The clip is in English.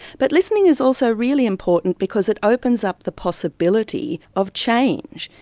but listening is also really important because it opens up the possibility of change,